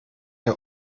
ihr